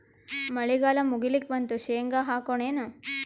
ಮಳಿಗಾಲ ಮುಗಿಲಿಕ್ ಬಂತು, ಶೇಂಗಾ ಹಾಕೋಣ ಏನು?